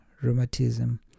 rheumatism